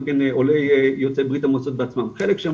גם כן עולי בריה"מ בעצמם חלק שהם